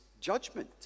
judgment